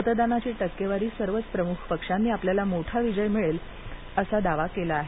मतदानाची टक्केवारी सर्वच प्रमुख पक्षांनी आपल्याला मोठा विजय मिळेल असा दावा केला आहे